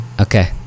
okay